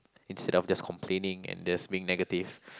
instead of just complaining and just being negative